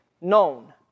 known